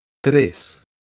tres